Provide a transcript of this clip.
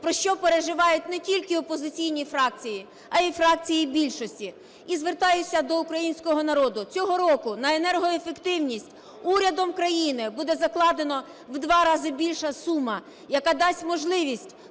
про що переживають не тільки опозиційні фракції, а й фракції більшості. І звертаюся до українського народу. Цього року на енергоефективність урядом країни буде закладено в два рази більша сума, яка дасть можливість